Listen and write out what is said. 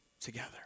together